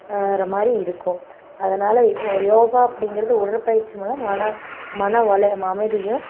வேறு மாதிரி இருக்கும் அதனால் யோகா அப்படிங்கிறது உடற்பயிற்சி மூலம் மன மன வள அமைதியும்